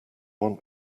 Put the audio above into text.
want